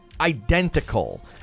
identical